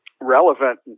relevant